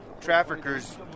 Traffickers